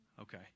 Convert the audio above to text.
Okay